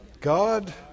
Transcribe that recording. God